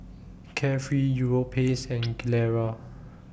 Carefree Europace and Gilera